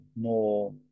more